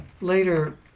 later